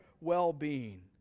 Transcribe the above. well-being